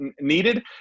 needed